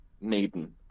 maiden